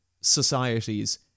societies